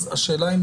אלה לא